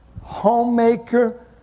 homemaker